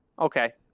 Okay